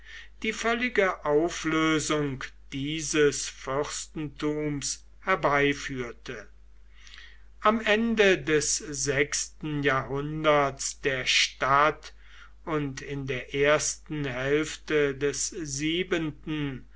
die völlige auflösung dieses fürstentums herbeiführte am ende des sechsten jahrhunderts der stadt und in der ersten hälfte des siebenten